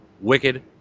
wicked